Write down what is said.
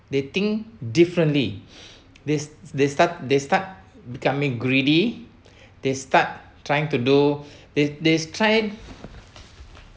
they think differently this they start they start becoming greedy they start trying to do it they has tried